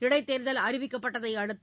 இடைத்தேர்தல் அறிவிக்கப்பட்தை அடுத்து